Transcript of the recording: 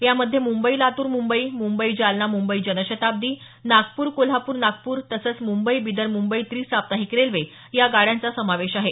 यामध्ये मुंबई लातूर मुंबई मुंबई जालना मुंबई जनशताब्दी नागपूर कोल्हापूर नागपूर तसंच मुंबई बिदर मुंबई त्रिसाप्ताहिक रेल्वे या गाड्यांचा समावेश आहे